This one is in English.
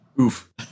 oof